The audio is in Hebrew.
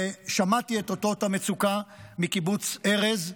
ושמעתי את אותות המצוקה מקיבוץ ארז,